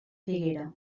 figuera